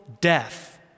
death